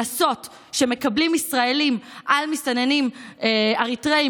הקנסות שמקבלים ישראלים על מסתננים אריתריאים